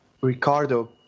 Ricardo